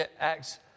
Acts